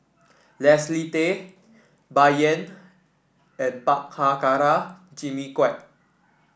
Leslie Tay Bai Yan and Prabhakara Jimmy Quek